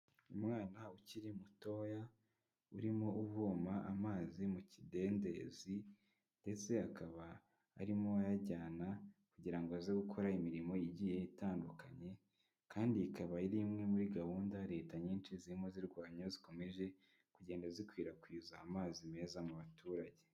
Umwana ukiri mutoya urimo uvoma amazi mu kidendezi ndetse akaba arimo ayajyana kugira ngo aze gukora imirimo igiye itandukanye, kandi ikaba ari imwe muri gahunda leta nyinshi zirimo zirwanya zikomeje kugenda zikwirakwiza amazi meza mu baturage.